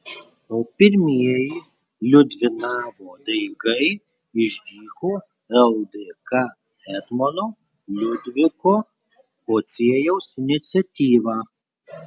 o pirmieji liudvinavo daigai išdygo ldk etmono liudviko pociejaus iniciatyva